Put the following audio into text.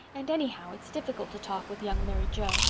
and anyhow, it's difficult to talk with young mary joe.